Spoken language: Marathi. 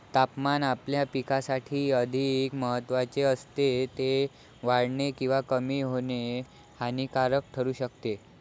तापमान आपल्या पिकासाठी अधिक महत्त्वाचे असते, ते वाढणे किंवा कमी होणे हानिकारक ठरू शकते